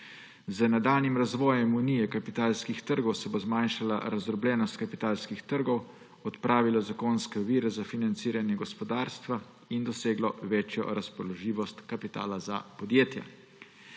Z nadaljnjim razvojem unije kapitalskih trgov se bo zmanjšala razdrobljenost kapitalskih trgov, odpravilo zakonske ovire za financiranje gospodarstva in doseglo večjo razpoložljivost kapitala za podjetja.